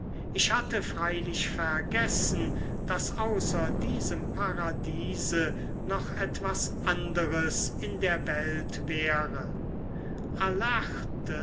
ich hatte freilich vergessen daß außer diesem paradiese noch etwas anderes in der welt wäre